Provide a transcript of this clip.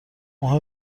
مهم